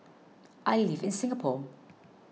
I live in Singapore